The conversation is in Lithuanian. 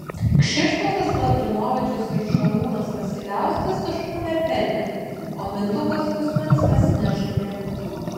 kšištofas lavrinovičius ir šarūnas vasiliauskas taškų nepelnė o mindaugas kuzminskas nežaidė